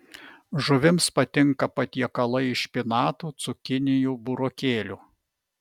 žuvims patinka patiekalai iš špinatų cukinijų burokėlių